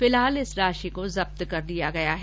फिलहाल इस राशि को जब्त कर लिया गया है